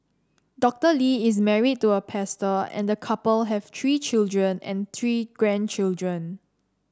Doctor Lee is married to a pastor and a couple have three children and three grandchildren